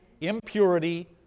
impurity